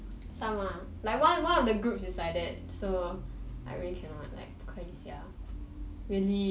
some ah like one of the group is like that so I really cannot like 不可以 sia really